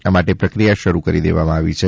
આ માટે પ્રક્રિયા શરૂ કરી દેવામાં આવી છે